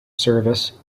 service